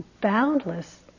boundless